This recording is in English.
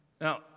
Now